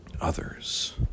others